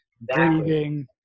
breathing